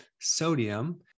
sodium